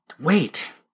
Wait